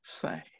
say